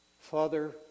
Father